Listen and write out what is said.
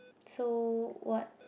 so what